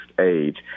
age